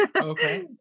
Okay